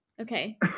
Okay